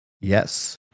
Yes